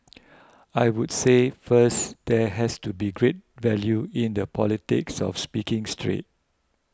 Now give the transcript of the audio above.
I would say first there has to be great value in the politics of speaking straight